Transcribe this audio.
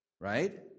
right